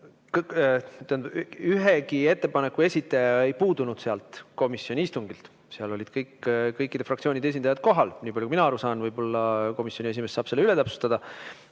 ühegi ettepaneku esitaja ei puudunud komisjoni istungilt, seal olid kõikide fraktsioonide esindajad kohal, niipalju kui mina aru saan – võib-olla komisjoni esimees saab selle üle täpsustada